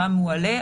מה מועלה,